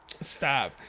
Stop